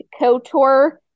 KOTOR